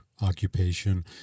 occupation